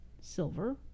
silver